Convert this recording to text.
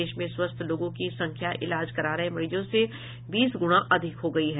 देश में स्वस्थ लोगों की संख्या इलाज करा रहे मरीजों से बीस गुना अधिक हो गई है